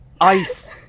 ice